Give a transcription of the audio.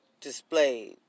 displayed